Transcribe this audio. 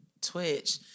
Twitch